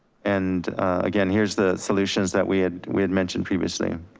and again, here's the solutions that we had, we had mentioned previously.